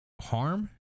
harm